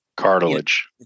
Cartilage